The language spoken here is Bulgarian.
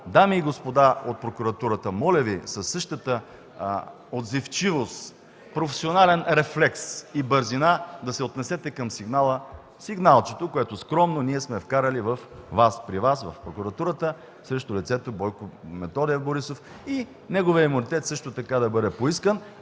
Дами и господа от прокуратурата, моля Ви със същата отзивчивост, професионален рефлекс и бързина да се отнесете към сигнала, сигналчето, което скромно ние сме вкарали при Вас, в прокуратурата, срещу лицето Бойко Методиев Борисов и неговият имунитет също така да бъде поискан.